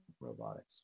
robotics